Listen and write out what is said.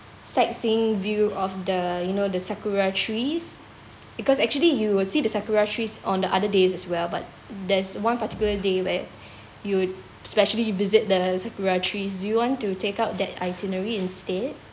sightseeing view of the you know the sakura trees because actually you will see the sakura trees on the other days as well but there's one particular day where you specially visit the sakura trees do want to take out that itinerary instead